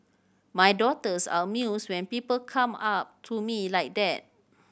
my daughters are amused when people come up to me like that